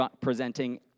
presenting